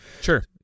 Sure